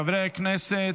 חברי הכנסת,